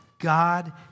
God